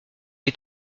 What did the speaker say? est